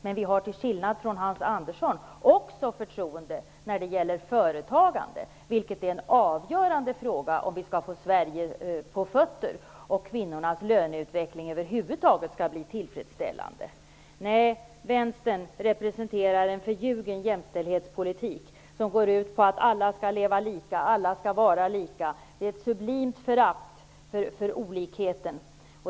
Men vi har till skillnad från Hans Andersson också förtroende när det gäller företagande, vilket är avgörande om vi skall få Sverige på fötter och om kvinnornas löneutveckling över huvud taget skall bli tillfredsställande. Vänstern representerar en förljugen jämställhetspolitik som går ut på att alla skall leva lika, alla skall vara lika, och ett sublimt förakt för olikheten.